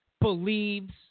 believes